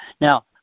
now